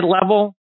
level